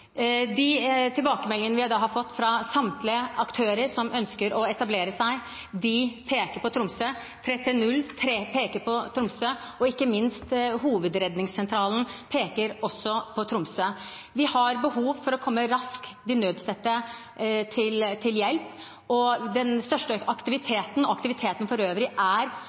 De tilbakemeldingene vi har fått fra samtlige aktører som ønsker å etablere seg, peker på Tromsø. 330-skavdronen peker på Tromsø, og ikke minst peker også Hovedredningssentralen på Tromsø. Vi har behov for å komme de nødstedte raskt til hjelp, og den største aktiviteten for øvrig er